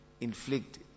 inflict